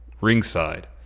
ringside